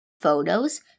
photos